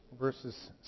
verses